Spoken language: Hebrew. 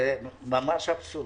זה ממש אבסורד.